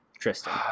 Tristan